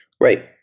Right